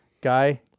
Guy